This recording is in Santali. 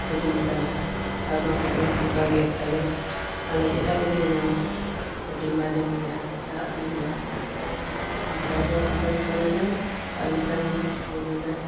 ᱦᱤᱡᱩᱜ ᱢᱮᱛᱟᱭ ᱢᱮ ᱟᱨ ᱵᱟᱝᱠᱷᱟᱱ ᱫᱚ ᱚᱱᱠᱟ ᱜᱮ ᱠᱷᱟᱱ ᱫᱚ ᱟᱞᱮ ᱮᱴᱟᱜ ᱜᱟᱹᱰᱤ ᱞᱮ ᱧᱟᱢᱟ ᱟᱹᱰᱤ ᱮᱢᱟᱨᱡᱮᱱᱥᱤ ᱜᱮᱭᱟ ᱪᱟᱞᱟᱜ ᱛᱮᱜᱮ ᱦᱩᱭᱩᱜᱼᱟ ᱟᱢ ᱰᱟᱭᱵᱷᱟᱨ ᱟᱢᱨᱮᱱ ᱯᱷᱳᱱ ᱟᱭ ᱢᱮ ᱟᱨ ᱢᱮᱛᱟᱭ ᱢᱮ ᱡᱮ ᱱᱚᱰᱮ